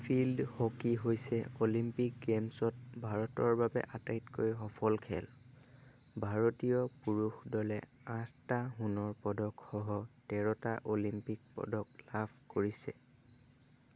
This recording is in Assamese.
ফিল্ড হকী হৈছে অলিম্পিক গেমছত ভাৰতৰ বাবে আটাইতকৈ সফল খেল ভাৰতীয় পুৰুষ দলে আঠটা সোণৰ পদকসহ তেৰটা অলিম্পিক পদক লাভ কৰিছে